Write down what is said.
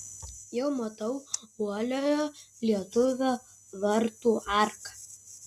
jau matau uoliojo lietuvio vartų arką